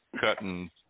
cutting